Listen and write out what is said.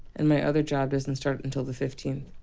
and my other job doesn't start until the fifteenth.